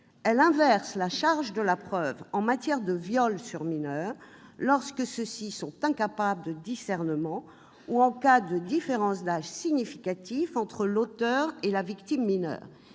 elle inverse la charge de la preuve en matière de viol sur mineurs lorsque ceux-ci sont incapables de discernement ou en cas de différence d'âge significative entre l'auteur et la victime mineure.